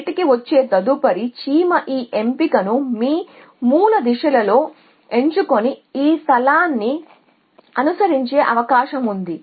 బయటికి వచ్చే తదుపరి చీమ ఈ ఎంపికను మీ మూల దిశలలో ఎంచుకుని ఆ స్థలాన్ని అనుసరించే అవకాశం ఉంది